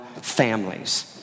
families